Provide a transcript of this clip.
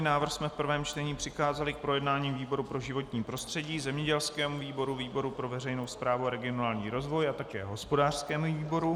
Návrh jsme v prvém čtení přikázali k projednání výboru pro životní prostředí, zemědělskému výboru, výboru pro veřejnou správu a regionální rozvoj a také hospodářskému výboru.